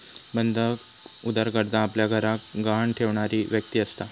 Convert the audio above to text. बंधक उधारकर्ता आपल्या घराक गहाण ठेवणारी व्यक्ती असता